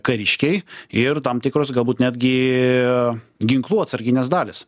kariškiai ir tam tikros galbūt netgi ginklų atsarginės dalys